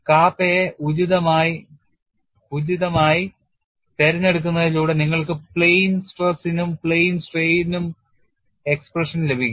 Kappa ഉചിതമായി തിരഞ്ഞെടുക്കുന്നതിലൂടെ നിങ്ങൾക്ക് plane stress നും plane strain നും എക്സ്പ്രഷൻ ലഭിക്കും